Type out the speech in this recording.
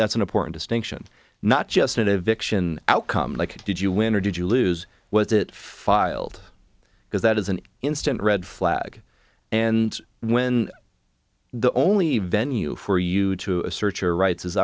that's an important distinction not just an eviction outcome like did you win or did you lose was it filed because that is an instant red flag and when the only venue for you to assert your rights